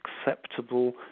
acceptable